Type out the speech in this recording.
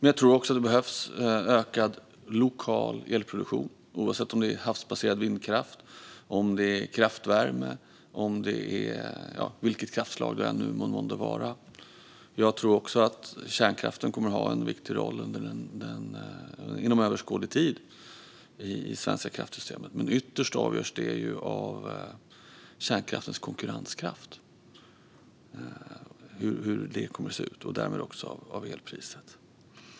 Jag tror också att det behövs en ökad lokal elproduktion, oavsett om det är havsbaserad vindkraft, kraftvärme eller något annat kraftslag. Jag tror också att kärnkraften kommer att ha en viktig roll inom överskådlig tid i det svenska kraftsystemet. Hur det kommer att se ut avgörs dock ytterst av kärnkraftens konkurrenskraft och därmed också av elpriset.